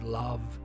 love